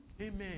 Amen